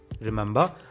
Remember